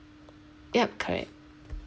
yup correct